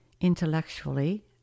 intellectually